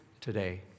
today